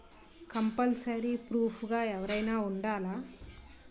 Compulsory proof గా ఎవరైనా ఉండాలా?